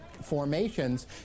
formations